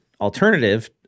alternative